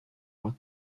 art